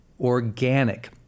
organic